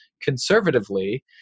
conservatively